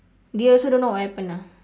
they also don't know what happened ah